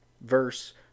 verse